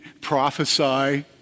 prophesy